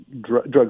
drugs